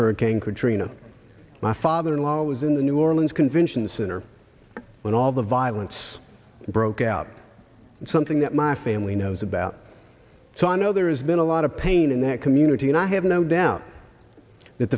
hurricane katrina my father in law was in the new orleans convention center when all the violence broke out and something that my family knows about so i know there has been a lot of pain in that community and i have no doubt that